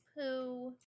poo